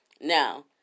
Now